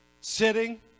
sitting